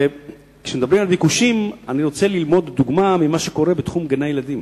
שכשמדברים על ביקושים אני רוצה ללמוד דוגמה ממה שקורה בתחום גני-הילדים.